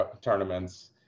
tournaments